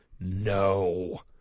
No